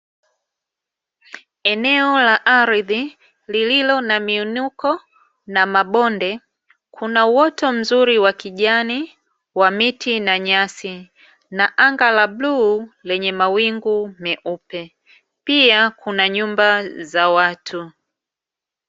Eneo la ardhi lililo na miinuko na mabonde kuna uoto mzuri wa kijani wa miti na nyasi na anga la bluu lenye mawingu meupe, pia kuna nyumba za watu.